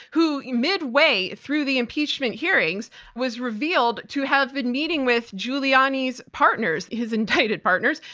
who midway through the impeachment hearings was revealed to have been meeting with giuliani's partners, his indicted partners.